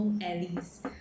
alleys